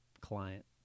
client